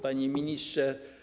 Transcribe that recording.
Panie Ministrze!